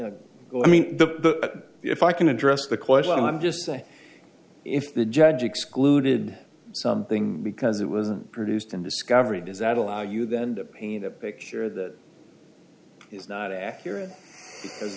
l i mean the if i can address the question i'm just saying if the judge excluded something because it wasn't produced in discovery does that allow you then to paint a picture that is not accurate